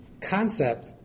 concept